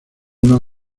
unos